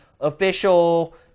official